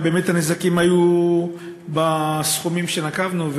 ובאמת הנזקים היו בסכומים שנקבנו,